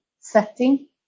setting